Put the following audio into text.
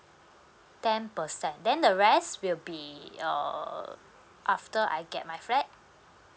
ten percent then the rest will be err after I get my flat